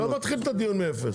אני לא מתחיל את הדיון מאפס.